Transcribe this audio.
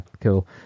cool